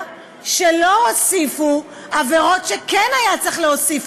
שלא הוסיפו עבירות שכן היה צריך להוסיף,